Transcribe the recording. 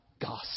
gospel